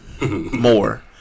more